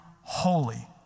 holy